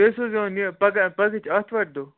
تُہۍ سوٗزۍووٚن یہِ پگاہ پگہٕچ آتھوارِ دۄہ